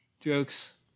jokes